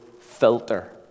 filter